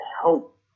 help